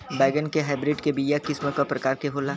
बैगन के हाइब्रिड के बीया किस्म क प्रकार के होला?